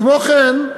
כמו כן,